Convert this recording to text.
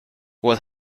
what